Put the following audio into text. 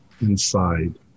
inside